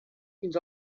fins